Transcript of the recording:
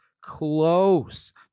close